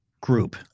group